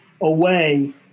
away